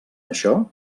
això